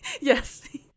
yes